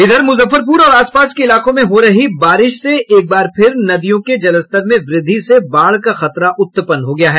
इधर मुजफ्फरपुर और आस पास के इलाकों में हो रही बारिश से एक बार फिर नदियों के जलस्तर में वृद्धि से बाढ़ का खतरा उत्पन्न हो गया है